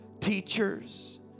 teachers